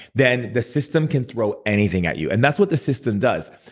then the system can throw anything at you. and that's what the system does.